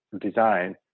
design